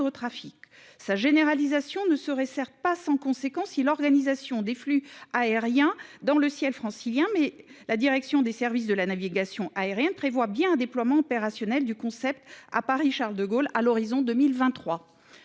Sa généralisation ne serait certes pas sans conséquence sur l'organisation des flux aériens dans le ciel francilien, mais la direction des services de la navigation aérienne (DSNA) prévoit bien un déploiement opérationnel du concept à l'aéroport Paris-Charles-de-Gaulle à l'horizon 2023.